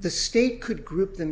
the state could group them